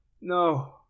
no